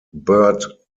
bird